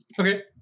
Okay